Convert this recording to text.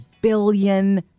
billion